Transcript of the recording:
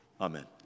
Amen